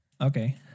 Okay